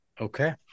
okay